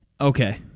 Okay